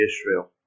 Israel